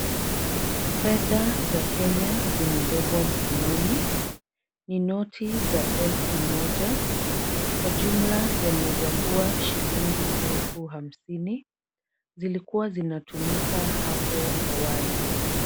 Fedha za kenya zimebebwa mkononi. Ni noti za elfu moja kwa jumla yanaweza kuwa shilingi elfu hamsini. Zilikuwa zinatumika hapo awali.